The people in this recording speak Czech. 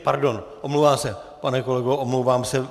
Pardon, omlouvám se, pane kolego, omlouvám se.